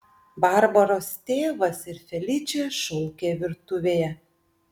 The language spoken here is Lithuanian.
barbaros tėvas ir feličė šaukė virtuvėje